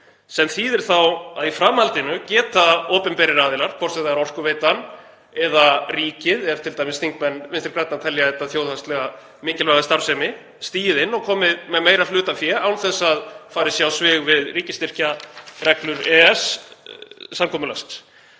Það þýðir þá að í framhaldinu geta opinberir aðilar, hvort sem það er Orkuveitan eða ríkið, ef t.d. þingmenn Vinstri grænna telja þetta þjóðhagslega mikilvæga starfsemi, stigið inn og komið með meira hlutafé án þess að farið sé á svig við ríkisstyrkjareglur EES-samkomulagsins.